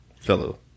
fellow